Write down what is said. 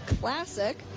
classic